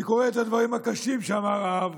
אני קורא את הדברים הקשים שאמר האב